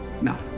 Now